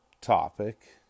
topic